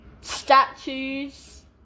statues